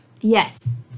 yes